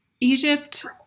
Egypt